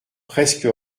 presque